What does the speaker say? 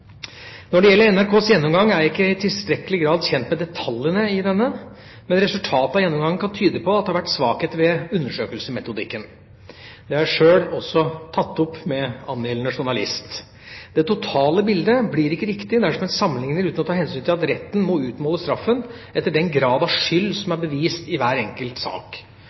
Når det gjelder NRKs gjennomgang, er jeg ikke i tilstrekkelig grad kjent med detaljene i denne, men resultatet av gjennomgangen kan tyde på at det har vært svakheter ved undersøkelsesmetodikken. Det har jeg også sjøl tatt opp med angjeldende journalist. Det totale bildet blir ikke riktig dersom en sammenligner uten å ta hensyn til at retten må utmåle straffen etter den grad av skyld som er bevist i hver enkelt sak.